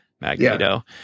Magneto